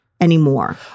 anymore